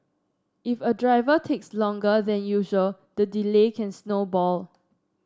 if a driver takes longer than usual the delay can snowball